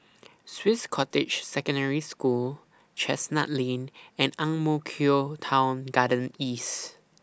Swiss Cottage Secondary School Chestnut Lane and Ang Mo Kio Town Garden East